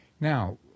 Now